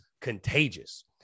contagious